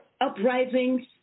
uprisings